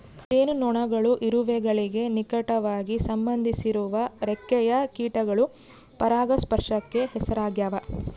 ಜೇನುನೊಣಗಳು ಇರುವೆಗಳಿಗೆ ನಿಕಟವಾಗಿ ಸಂಬಂಧಿಸಿರುವ ರೆಕ್ಕೆಯ ಕೀಟಗಳು ಪರಾಗಸ್ಪರ್ಶಕ್ಕೆ ಹೆಸರಾಗ್ಯಾವ